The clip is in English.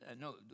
No